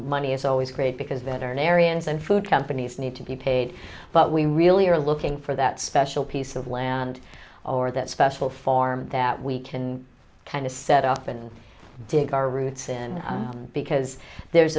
money is always great because veterinarians and food companies need to be paid but we really are looking for that special piece of land or that special form that we can kind of set up and dig our roots in because there's